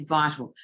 vital